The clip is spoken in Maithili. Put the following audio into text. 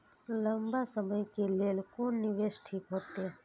लंबा समय के लेल कोन निवेश ठीक होते?